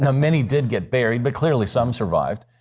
um many did get buried, but clearly some survived.